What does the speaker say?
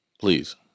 Please